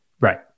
Right